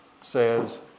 says